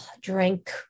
drink